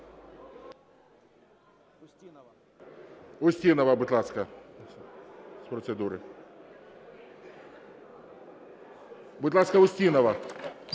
Устінова, будь ласка, з процедури. Будь ласка, Устінова.